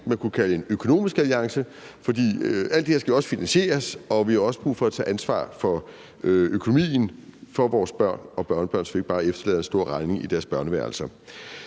man kunne kalde en økonomisk alliance. For alt det her skal jo også finansieres, og vi har også brug for at tage et ansvar for økonomien for vores børn og børnebørn, så vi ikke bare efterlader en stor regning i deres børneværelser.